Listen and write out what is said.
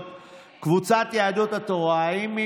ישראל כץ,